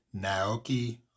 Naoki